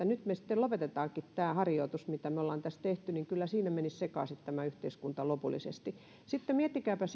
nyt me sitten lopetammekin tämän harjoituksen mitä me olemme tässä tehneet niin kyllä siinä menisi sekaisin tämä yhteiskunta lopullisesti sitten miettikääpä